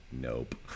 Nope